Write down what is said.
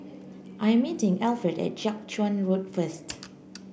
I'm meeting Alfred at Jiak Chuan Road first